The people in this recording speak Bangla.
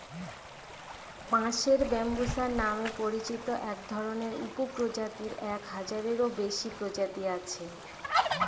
বাঁশের ব্যম্বুসা নামে পরিচিত একধরনের উপপ্রজাতির এক হাজারেরও বেশি প্রজাতি আছে